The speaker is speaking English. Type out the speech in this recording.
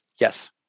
yes